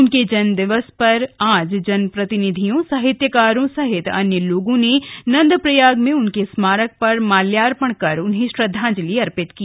उनके जन्मदिवस पर आज जन प्रतिनिधियों साहित्यकारों सहित अन्य लोगों ने नंदप्रयाग में उनके स्मारक पर माल्यार्पण कर उन्हें श्रद्वांजलि दी